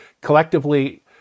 collectively